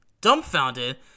dumbfounded